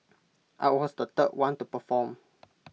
I was the third one to perform